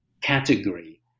category